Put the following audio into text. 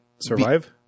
survive